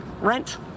rent